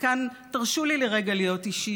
וכאן תרשו לי לרגע להיות אישית.